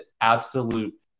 absolute